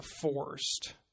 forced